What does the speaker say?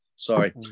Sorry